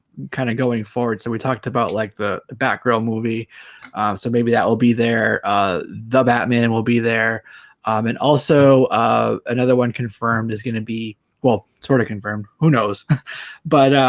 kind of going forward so we talked about like the back row movie so maybe that will be there the batman and will be there um and also um another one confirmed is gonna be well sort of confirmed who knows but